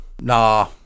Nah